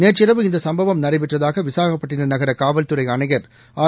நேற்றிரவு இந்த சும்பவம் நடைபெற்றதாக விசாகப்பட்டிண நகர காவல்துறை ஆணையர் ஆர்